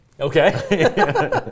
Okay